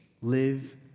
live